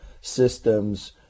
systems